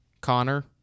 Connor